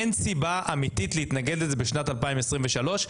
אין סיבה אמיתית להתנגד לזה בשנת 2023,